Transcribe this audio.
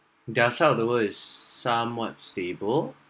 their side of the world is somewhat stable